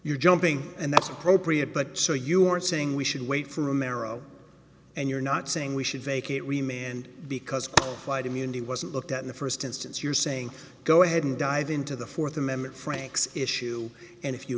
you jumping and that's appropriate but so you aren't saying we should wait for a marrow and you're not saying we should vacate remain and because qualified immunity wasn't looked at in the first instance you're saying go ahead and dive into the fourth amendment franks issue and if you